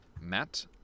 Matt